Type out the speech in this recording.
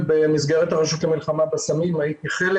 במסגרת הרשות למלחמה בסמים הייתי חלק